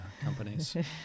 companies